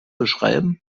beschreiben